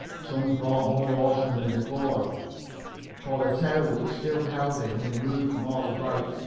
some thought more awesome than before for the terror which still held him removed from all about,